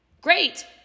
Great